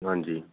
ਹਾਂਜੀ